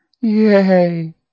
Yay